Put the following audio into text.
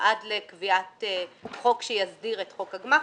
עד לקביעת חוק שיסדיר את חוק הגמ"חים.